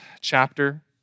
chapter